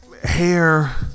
Hair